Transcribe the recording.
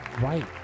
Right